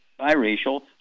biracial